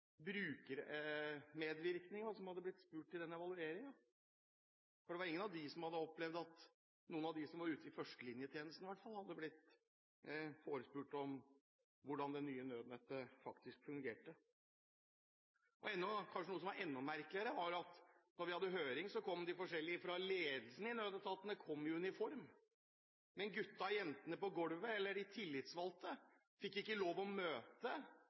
andre som hadde meninger rundt det nye nødnettet, til å komme, og i hvert fall mange av dem som satt i førstelinjetjenesten, lurte på hvem som var spurt i denne brukermedvirkningen, i denne evalueringen. Det var ingen som hadde opplevd at noen av dem som var ute i førstelinjetjenesten, i hvert fall, hadde blitt forespurt om hvordan det nye nødnettet faktisk fungerte. Noe som var enda merkeligere, var at da vi hadde høring, kom ledelsen i de forskjellige i nødetatene i uniform, mens guttene og jentene